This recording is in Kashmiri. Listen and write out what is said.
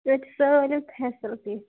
ییٚتہِ چھِ سٲلِم فیسَلٹی